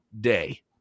Day